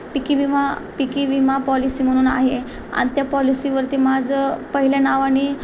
पिकी विमा पिकी विमा पॉलिसी म्हणून आहे आणि त्या पॉलिसीवरती माझं पहिल्या नावाने